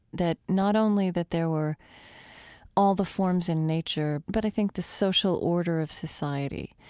that not only that there were all the forms in nature, but i think the social order of society,